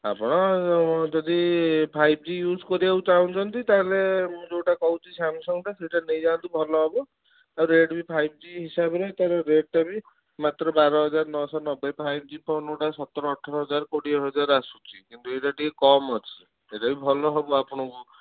ଆପଣ ଯଦି five G use କରିବାକୁ ଚାହୁଁଛନ୍ତି ତା'ହେଲେ ମୁଁ ଯେଉଁଟା କହୁଛି ସାମସଙ୍ଗ୍ଟା ସେଇଟା ନେଇ ଯାଆନ୍ତୁ ଭଲ ହେବ ଆଉ ରେଡ଼୍ମି ଫାଇଭ୍ ଜି ହିସାବରେ ତାର ରେଟ୍ଟା ବି ମାତ୍ର ବାର ହଜାର ନଅ ଶହ ନବେ ଟଙ୍କା ଫାଇଭ୍ ଜି ଫୋନ୍ଗୁଡ଼ା ସତର ହଜାର ଅଠର ହଜାର କୋଡ଼ିଏ ହଜାର ଆସୁଛି କିନ୍ତୁ ଏଇଟା ଟିକେ କମ୍ ଅଛି ସେଇଟା ବି ଭଲ ହେବ ଆପଣଙ୍କୁ